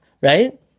right